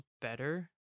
better